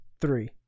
three